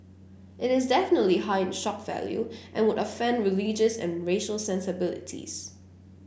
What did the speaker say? it is definitely high in shock value and would offend religious and racial sensibilities